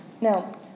Now